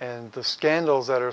and the scandals that are